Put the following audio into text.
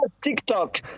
TikTok